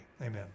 Amen